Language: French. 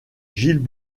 gilles